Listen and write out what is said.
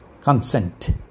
consent